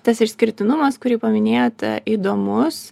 tas išskirtinumas kurį paminėjot įdomus